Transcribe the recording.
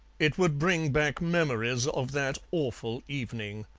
it would bring back memories of that awful evening